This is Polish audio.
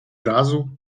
razu